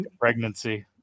pregnancy